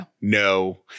No